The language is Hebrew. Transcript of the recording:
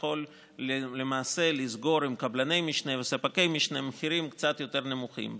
משנה ויכול לסגור מחירים קצת יותר נמוכים.